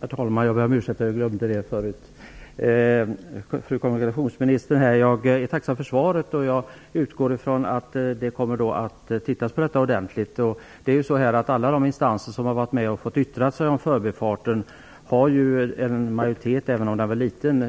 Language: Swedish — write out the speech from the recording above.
Herr talman! Jag är tacksam för svaret från fru kommunikationsministern. Jag utgår från att frågan kommer att ses över ordentligt. En majoritet, om än liten, av alla de instanser som har fått vara med och yttra sig om förbifarten har